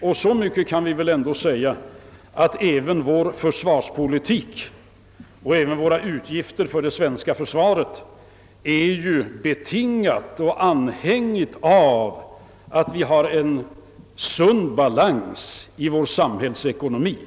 Och så mycket kan vi väl ändå säga som att även vår försvarspolitik och utgifterna för försvaret är betingade och avhängiga av en sund balans i samhällsekonomien.